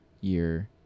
year